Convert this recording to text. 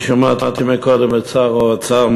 אני שמעתי קודם את שר האוצר,